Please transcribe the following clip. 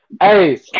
hey